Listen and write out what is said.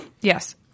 Yes